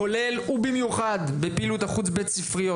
כולל ובמיוחד בפעילות החוץ בית ספריות